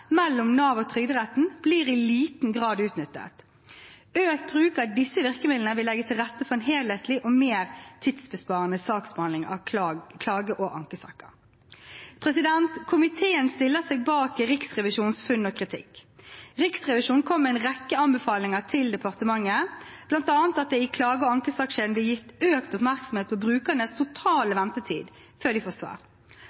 mellom Nav og Trygderetten i liten grad blir utnyttet. Økt bruk av disse virkemidlene vil legge til rette for en helhetlig og mer tidsbesparende saksbehandling av klage- og ankesaker. Komiteen stiller seg bak Riksrevisjonens funn og kritikk. Riksrevisjonen kommer med en rekke anbefalinger til departementet, bl.a. at det i klage- og ankesakskjeden blir gitt mer oppmerksomhet til brukernes totale